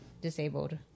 disabled